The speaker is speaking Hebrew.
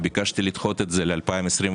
וביקשתי לדחות את זה ל-2025,